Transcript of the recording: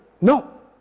No